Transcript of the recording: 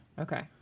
Okay